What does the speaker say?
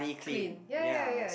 clean ya ya ya ya